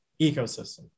ecosystem